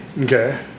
okay